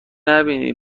نبینی